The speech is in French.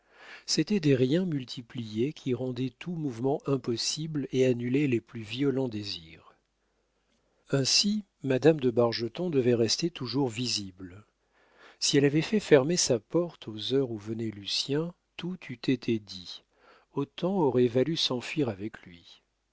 c'était des riens multipliés qui rendaient tout mouvement impossible et annulaient les plus violents désirs ainsi madame de bargeton devait rester toujours visible si elle avait fait fermer sa porte aux heures où venait lucien tout eût été dit autant aurait valu s'enfuir avec lui